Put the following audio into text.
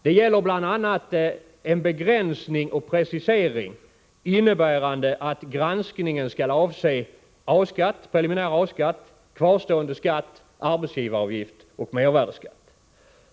Det gäller bl.a. en begränsning och precisering innebärande att granskningen skall avse preliminär A-skatt, kvarstående skatt, arbetsgivaravgift och mervärdeskatt.